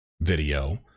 video